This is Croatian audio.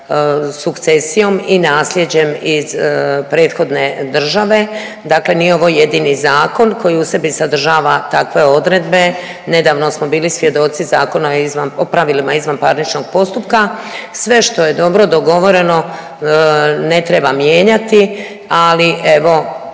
sukcesijom i naslijeđem iz prethodne države. Dakle, nije ovo jedini zakon koji u sebi sadržava takve odredbe. Nedavno smo bili svjedoci Zakona o pravilima izvanparničkog postupka. Sve što je dobro dogovoreno, ne treba mijenjati, ali evo